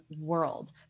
world